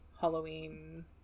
Halloween